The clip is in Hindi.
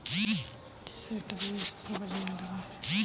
नंदन के पेड़ के पत्तों में छेद हो गया है